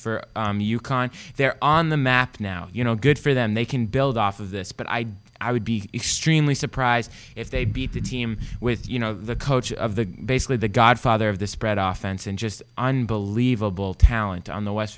for u conn they're on the map now you know good for them they can build off of this but i'd i would be extremely surprised if they beat the team with you know the coach of the basically the godfather of the spread off and just unbelievable talent on the west